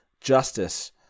justice